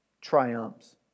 triumphs